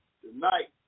tonight